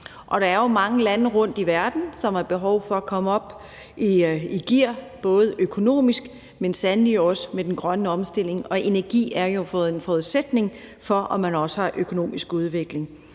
og der er jo mange lande rundtom i verden, som har behov for at komme op i gear både økonomisk, men sandelig også med den grønne omstilling, og energi er jo en forudsætning for også at have økonomisk udvikling.